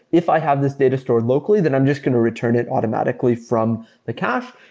if i have this data stored locally, then i'm just going to return it automatically from the cache.